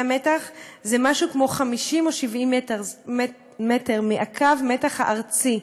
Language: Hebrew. המתח זה משהו כמו 50 או 70 מטר מקו המתח הארצי,